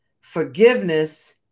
forgiveness